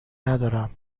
ندارم